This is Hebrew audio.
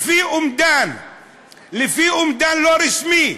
לפי אומדן לא רשמי,